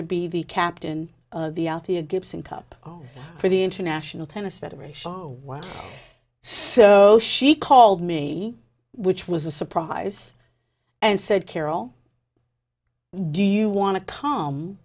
to be the captain of the out the a gibson cup for the international tennis federation what so she called me which was a surprise and said carol do you want to come